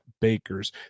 bakers